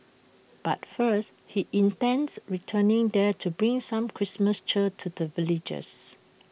but first he intends returning there to bring some Christmas cheer to the villagers